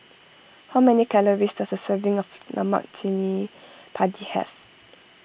how many calories does a serving of Lemak Cili Padi have